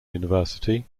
university